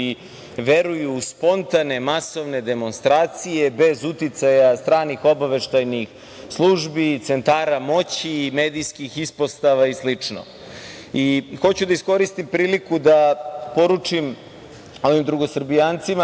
veruju u spontane masovne demonstracije bez uticaja stranih obaveštajnih službi i centara moći, medijskih ispostava i slično. Hoću da iskoristim priliku da poručim ovim drugosrbijancima